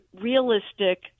realistic